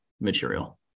material